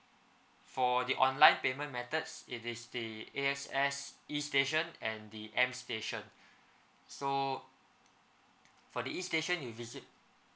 for the online payment methods it is the A_X_S E station and the M station so for the E station you visit